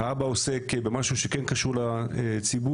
האבא עוסק במשהו שכן קשור לציבור